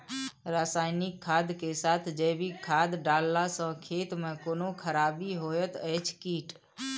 रसायनिक खाद के साथ जैविक खाद डालला सॅ खेत मे कोनो खराबी होयत अछि कीट?